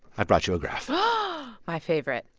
i brought you a graph and my favorite.